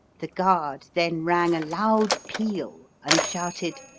the guard then rang a loud peal, and shouted,